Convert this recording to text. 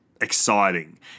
Exciting